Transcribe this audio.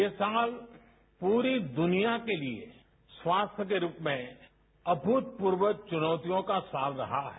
ये साल पुरी दुनिया के लिए स्वास्थ्य के रूप में अमृतपूर्व चुनौतियों का साल रहा है